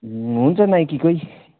हुन्छ नाइकीकै